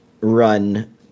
run